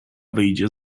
wyjdzie